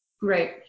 Great